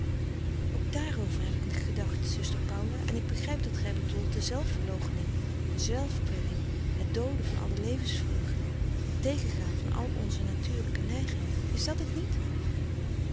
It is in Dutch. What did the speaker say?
ook dààrover heb ik gedacht zuster paula en ik begrijp dat gij bedoelt de zelfverloochening de zelfkwelling het dooden van alle levensvreugde het tegengaan van al onze natuurlijke neigingen is dat het niet